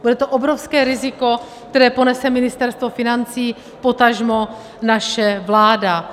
Bude to obrovské riziko, které ponese Ministerstvo financí, potažmo naše vláda.